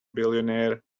billionaire